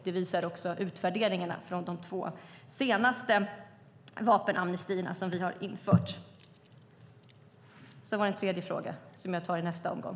Det visar också utvärderingarna från de två senaste vapenamnestierna. Sedan var det en tredje fråga som jag tar i nästa omgång.